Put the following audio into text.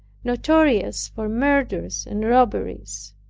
notorious for murders and robberies.